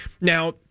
Now